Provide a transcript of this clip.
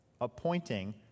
appointing